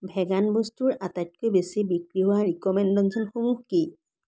vegan বস্তুৰ আটাইতকৈ বেছি বিক্ৰী হোৱা ৰিক'মেণ্ডেশ্যনসমূহ কি